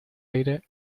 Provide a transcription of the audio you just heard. aire